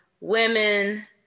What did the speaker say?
women